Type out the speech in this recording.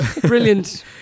brilliant